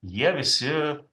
jie visi